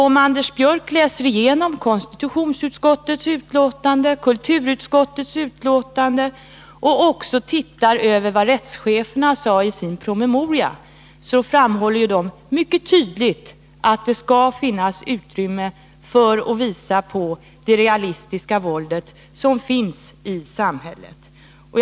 Om Anders Björck läser konstitutionsutskottets och kulturutskottets betänkanden och ser på vad rättscheferna sade i sin promemoria, finner han att det framhålls mycket tydligt att det skall finnas utrymme för att visa det realistiska våld som finns i samhället.